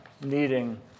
needing